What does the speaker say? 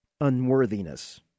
unworthiness